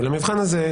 למבחן הזה,